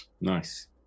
Nice